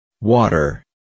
water